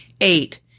Eight